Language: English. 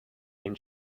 and